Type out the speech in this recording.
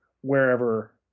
wherever